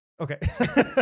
Okay